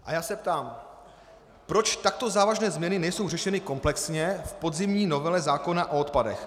A já se ptám: Proč takto závažné změny nejsou řešeny komplexně v podzimní novele zákona o odpadech?